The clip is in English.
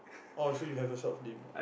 oh so you have a short film